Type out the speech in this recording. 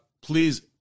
Please